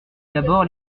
d’abord